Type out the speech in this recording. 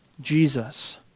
Jesus